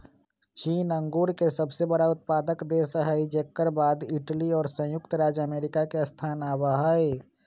चीन अंगूर के सबसे बड़ा उत्पादक देश हई जेकर बाद इटली और संयुक्त राज्य अमेरिका के स्थान आवा हई